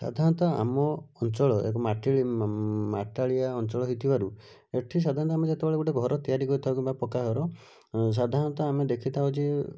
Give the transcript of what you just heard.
ସାଧାରଣତଃ ଆମ ଅଞ୍ଚଳ ଏକ ମାଟାଳି ମାଟାଳିଆ ଅଞ୍ଚଳ ହେଇଥିବାରୁ ଏଠି ସାଧାରଣତଃ ଆମେ ଯେତେବେଳେ ଗୋଟେ ଘର ତିଆରି କରିଥାଉ କିମ୍ବା ପକ୍କା ଘର ସାଧାରଣତଃ ଆମେ ଦେଖିଥାଉ ଯେ